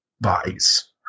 bodies